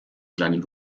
kleinen